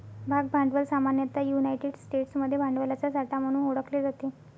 भाग भांडवल सामान्यतः युनायटेड स्टेट्समध्ये भांडवलाचा साठा म्हणून ओळखले जाते